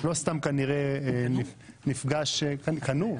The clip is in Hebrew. לא סתם כנראה נפגש קנו.